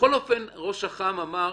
ראש אח"מ אמר: